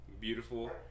beautiful